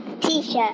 T-shirt